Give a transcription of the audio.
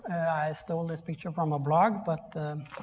i stole this picture from a blog but